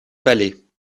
palais